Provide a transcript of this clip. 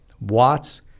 Watts